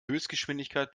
höchstgeschwindigkeit